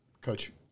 Coach